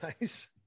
nice